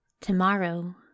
Tomorrow